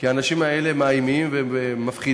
כי האנשים האלה מאיימים ומפחידים.